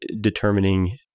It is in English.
determining